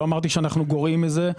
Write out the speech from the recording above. לא אמרתי שאנחנו גרועים בזה.